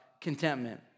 contentment